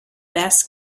best